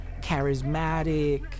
charismatic